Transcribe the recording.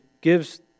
gives